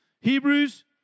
Hebrews